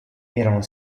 erano